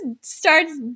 starts